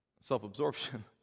Self-absorption